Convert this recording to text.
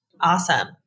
Awesome